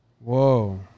Whoa